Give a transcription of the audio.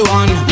one